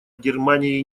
германией